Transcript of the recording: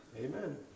Amen